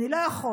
אני לא יכול.